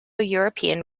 european